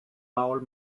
paul